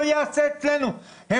לדעת